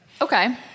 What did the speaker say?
Okay